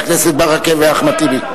חברי הכנסת ברכה ואחמד טיבי.